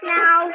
now